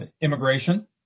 immigration